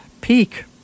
peak